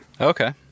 Okay